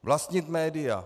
Vlastnit média.